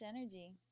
energy